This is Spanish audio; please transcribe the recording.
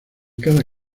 cada